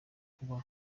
kuba